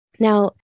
Now